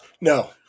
No